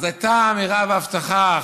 אז הייתה אמירה והבטחה,